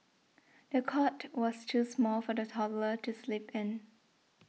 the cot was too small for the toddler to sleep in